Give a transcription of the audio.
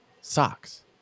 Socks